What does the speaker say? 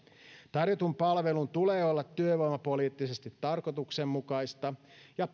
tarjotun palvelun tulee olla työvoimapoliittisesti tarkoituksenmukaista ja